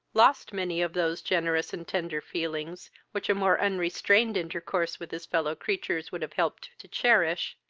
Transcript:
lost many of those generous and tender feelings which a more unrestrained intercourse with his fellow-creatures would have helped to cherish,